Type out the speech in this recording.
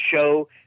show